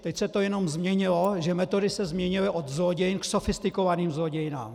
Teď se to jen změnilo, metody se změnily od zlodějen k sofistikovaným zlodějnám!